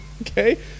okay